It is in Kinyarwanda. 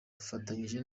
dufatanyije